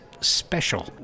special